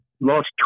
lost